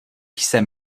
jsem